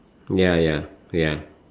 ya ya wait ah